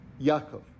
Yaakov